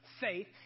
faith